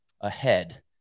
ahead